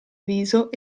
viso